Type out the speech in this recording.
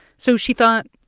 so she thought,